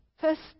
first